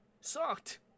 sucked